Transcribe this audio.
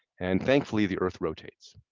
and thankfully, the earth rotates,